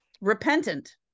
repentant